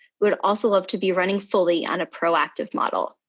we'd also love to be running fully on a proactive model.